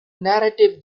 narrative